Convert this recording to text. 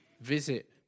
visit